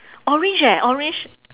orange eh orange